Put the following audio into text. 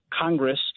Congress